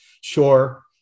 sure